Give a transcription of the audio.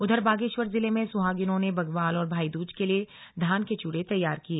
उधर बागेश्वर जिले में सुहागिनों ने बग्वाल और भाईदूज के लिए धान के च्यूड़े तैयार किए